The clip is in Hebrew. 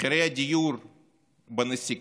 מחירי הדיור בנסיקה,